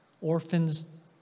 orphans